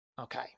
okay